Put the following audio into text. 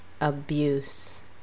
abuse